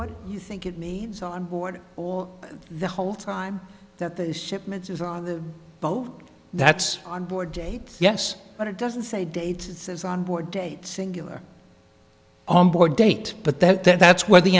what you think it needs onboard or the whole time that this shipment is on the boat that's on board day yes but it doesn't say date as on board date singular on board date but that then that's where the